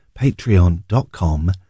Patreon.com